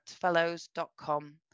fellows.com